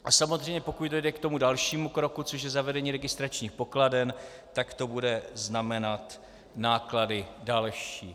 A samozřejmě pokud dojde k tomu dalšímu kroku, což je zavedení registračních pokladen, tak to bude znamenat náklady další.